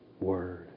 Word